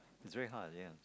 it's very hard ya